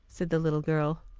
said the little girl.